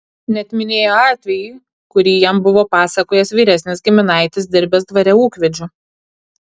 net minėjo atvejį kurį jam buvo papasakojęs vyresnis giminaitis dirbęs dvare ūkvedžiu